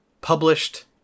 published